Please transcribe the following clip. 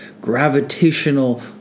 Gravitational